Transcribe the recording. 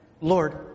Lord